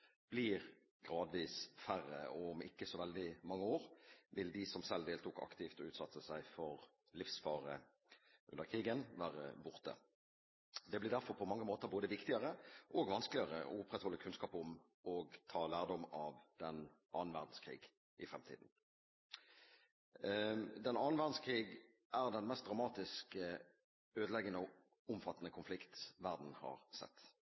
blir gradvis færre, og om ikke så veldig mange år vil de som selv deltok aktivt og utsatte seg for livsfare under krigen, være borte. Det blir derfor på mange måter både viktigere og vanskeligere å opprettholde kunnskap om og ta lærdom av den andre verdenskrigen i fremtiden. Den andre verdenskrigen er den mest dramatiske, ødeleggende og omfattende konflikt verden har sett.